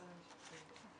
משרד המשפטים.